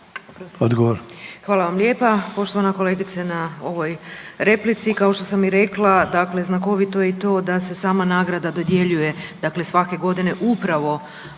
Odgovor.